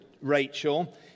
Rachel